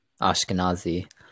ashkenazi